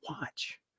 watch